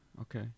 Okay